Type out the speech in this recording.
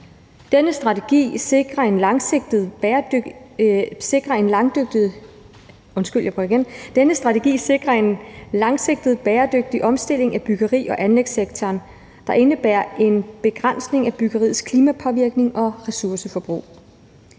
Denne strategi sikrer en langsigtet bæredygtig omstilling af bygge- og anlægssektoren, der indebærer en begrænsning af byggeriets klimapåvirkning og ressourceforbrug.